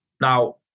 Now